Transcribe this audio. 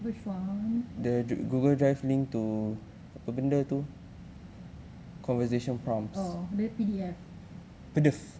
which [one] oh dia P_D_F